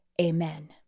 Amen